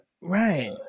Right